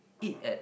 eat at